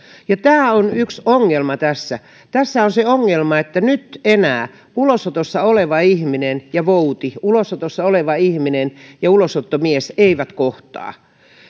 ja tämä on yksi ongelma tässä tässä on se ongelma että nyt enää ulosotossa oleva ihminen ja vouti ulosotossa oleva ihminen ja ulosottomies eivät kohtaa